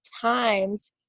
times